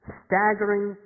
staggering